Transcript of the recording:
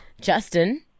Justin